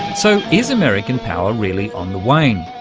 so, is american power really on the wane?